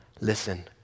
listen